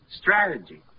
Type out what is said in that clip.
strategy